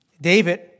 David